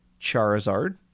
charizard